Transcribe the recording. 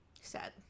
Sad